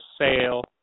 sale